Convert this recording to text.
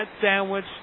sandwich